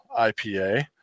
IPA